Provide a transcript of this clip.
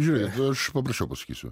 žiūrėk aš paprasčiau pasakysiu